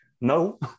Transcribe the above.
no